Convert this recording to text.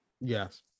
yes